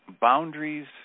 boundaries